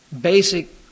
basic